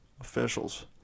officials